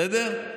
בסדר?